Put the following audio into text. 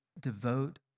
devote